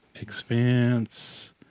Expanse